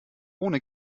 ohne